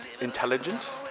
intelligent